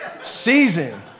Season